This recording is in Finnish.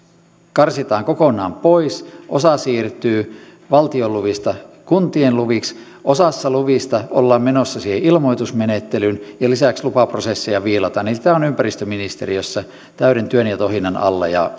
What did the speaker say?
karsitaan kokonaan pois osa siirtyy valtion luvista kuntien luviksi osassa luvista ollaan menossa siihen ilmoitusmenettelyyn ja lisäksi lupaprosesseja viilataan tämä on ympäristöministeriössä täyden työn ja tohinan alla ja